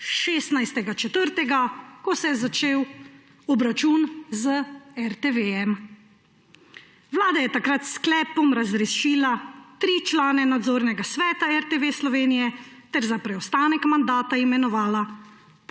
16. 4., ko se je začel obračun z RTV. Vlada je takrat s sklepom razrešila tri člane nadzornega sveta RTV Slovenije ter za preostanek mandata imenovala